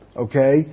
okay